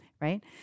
Right